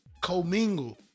co-mingle